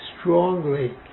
strongly